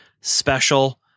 special